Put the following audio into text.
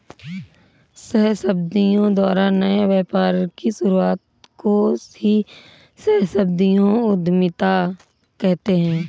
सहस्राब्दियों द्वारा नए व्यापार की शुरुआत को ही सहस्राब्दियों उधीमता कहते हैं